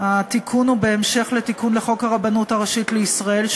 התיקון הוא בהמשך לתיקון לחוק הרבנות הראשית לישראל,